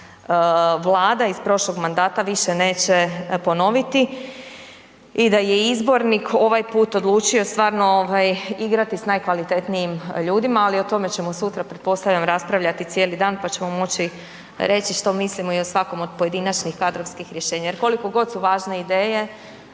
vlada iz prošlog mandata više neće ponoviti i da je izbornik ovaj put odlučio stvarno ovaj igrati s najkvalitetnijim ljudima, ali o tome ćemo sutra pretpostavljam raspravljati cijeli dan, pa ćemo moći reći što mislimo i o svakom od pojedinačnih kadrovskih rješenja jer koliko god su važne ideje